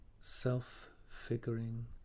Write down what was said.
self-figuring